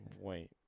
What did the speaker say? Wait